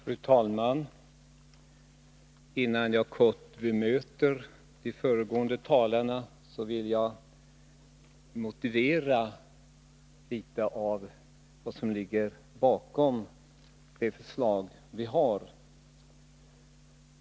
Fru talman! Innan jag kort bemöter de föregående talarna vill jag motivera litet av vad som ligger bakom utskottets förslag.